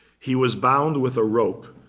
he was bound with a rope,